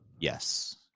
Yes